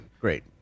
Great